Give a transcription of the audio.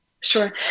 Sure